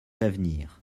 d’avenir